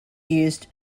used